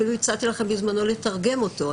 אפילו הצעתי לכם בזמנו לתרגם אותו.